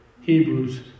Hebrews